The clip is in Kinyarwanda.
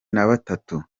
nabatatu